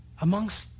amongst